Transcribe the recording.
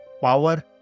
power